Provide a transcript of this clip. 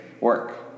work